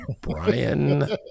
Brian